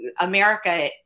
America